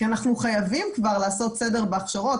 כי אנחנו חייבים כבר לעשות סדר בהכשרות.